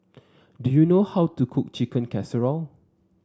do you know how to cook Chicken Casserole